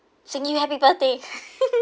sing you happy birthday